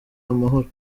amahoro